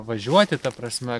važiuoti ta prasme